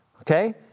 Okay